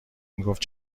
میگفت